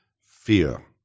fear